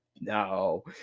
No